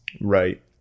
Right